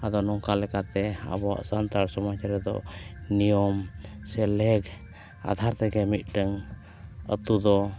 ᱟᱫᱚ ᱱᱚᱝᱠᱟ ᱞᱮᱠᱟᱛᱮ ᱟᱵᱚᱣᱟᱜ ᱥᱟᱱᱛᱟᱲ ᱥᱚᱢᱟᱡᱽ ᱨᱮᱫᱚ ᱱᱤᱭᱚᱢ ᱥᱮ ᱞᱮᱠ ᱟᱫᱷᱟᱨ ᱛᱮᱜᱮ ᱢᱤᱫᱴᱟᱝ ᱟᱛᱳ ᱫᱚ